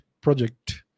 project